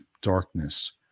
darkness